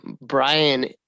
Brian